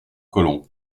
colomb